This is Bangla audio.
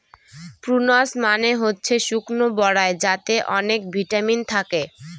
প্রূনস মানে হচ্ছে শুকনো বরাই যাতে অনেক ভিটামিন থাকে